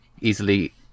easily